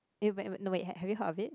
eh but wait no ha~ have you heard of it